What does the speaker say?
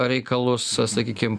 reikalus sakykim